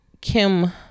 Kim